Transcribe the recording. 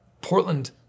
Portland